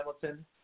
Hamilton